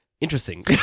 interesting